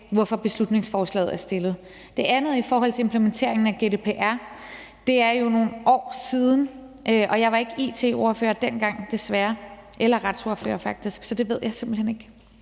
hvorfor beslutningsforslaget er fremsat. Til det andet i forhold til implementeringen af GDPR vil jeg sige, at det jo er nogle år siden, og jeg var ikke it-ordfører dengang, desværre, eller retsordfører faktisk, så det ved jeg simpelt hen ikke.